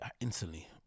instantly